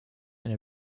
and